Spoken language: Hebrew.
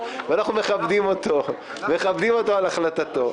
ואנחנו מכבדים אותו על החלטתו.